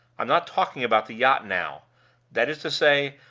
i'm not talking about the yacht now that is to say,